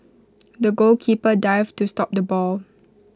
the goalkeeper dived to stop the ball